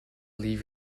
leave